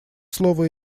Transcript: слово